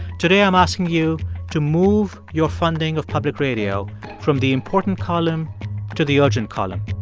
today i'm asking you to move your funding of public radio from the important column to the urgent column.